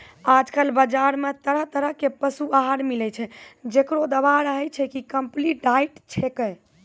आजकल बाजार मॅ तरह तरह के पशु आहार मिलै छै, जेकरो दावा रहै छै कि कम्पलीट डाइट छेकै